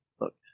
look